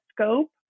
scope